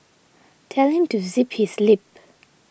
tell him to zip his lip